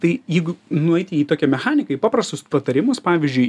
tai jeigu nueiti į tokią mechaniką į paprastus patarimus pavyzdžiui